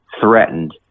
threatened